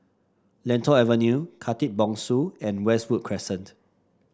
Lentor Avenue Khatib Bongsu and Westwood Crescent